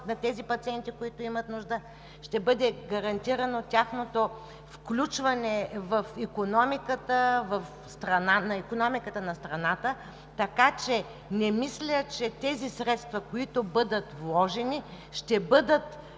на тези пациенти, които имат нужда, ще бъде гарантирано тяхното включване в икономиката на страната. Не мисля, че средствата, които бъдат вложени, ще бъдат